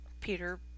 Peter